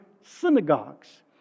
synagogues